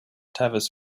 tavis